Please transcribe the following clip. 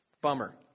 Bummer